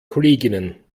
kolleginnen